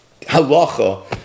halacha